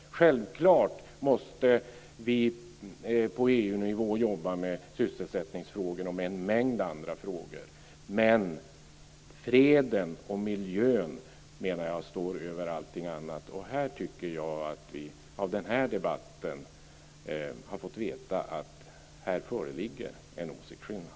Självfallet måste vi på EU nivå arbeta med sysselsättningsfrågorna och med en mängd andra frågor, men jag menar att freden och miljön står över allting annat. Jag tycker att vi av denna debatt har fått veta att det här föreligger en åsiktsskillnad.